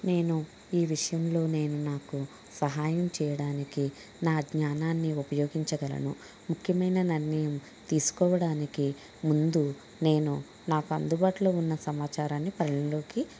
నేను ఈ విషయంలో నేను నాకు సహాయం చేయడానికి నా జ్ఞానాన్ని ఉపయోగించగలను ముఖ్యమైన నిర్ణయం తీసుకోవడానికి ముందు నేను నాకు అందుబాటులో ఉన్న సమాచారాన్ని పరిగణలోకి